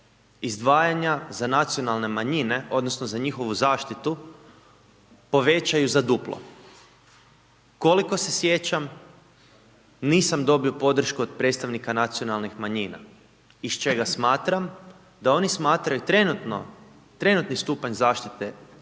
izdvajanja za nacionalne manjine odnosno za njihovu zaštitu povećaju za duplo, koliko se sjećam nisam dobio podršku od predstavnika nacionalnih manjina iz čega smatram da oni smatraju trenutno, trenutni stupanj zaštite